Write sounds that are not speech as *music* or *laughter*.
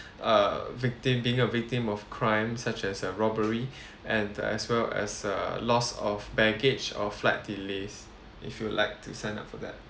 err victim being a victim of crime such as a robbery *breath* and as well as a loss of baggage or flight delays if you'd like to sign up for that